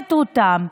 סוחט אותם.